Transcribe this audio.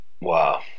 Wow